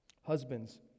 Husbands